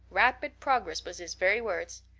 rapid progress was his very words.